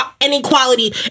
inequality